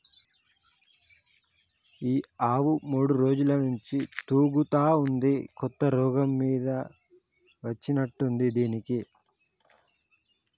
ఈ ఆవు మూడు రోజుల నుంచి తూగుతా ఉంది కొత్త రోగం మీద వచ్చినట్టుంది దీనికి